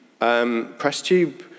PressTube